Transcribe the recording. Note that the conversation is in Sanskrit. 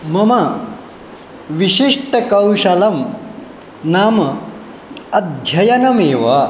मम विशिष्टकौशलं नाम अध्ययनमेव